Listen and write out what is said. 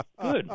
good